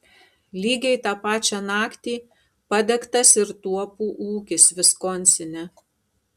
lygiai tą pačią naktį padegtas ir tuopų ūkis viskonsine